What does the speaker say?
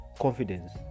confidence